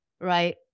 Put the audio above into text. right